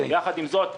יחד עם זאת,